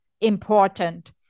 important